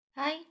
Hi